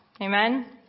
Amen